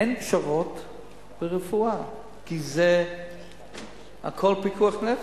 אין פשרות ברפואה, כי זה הכול פיקוח נפש,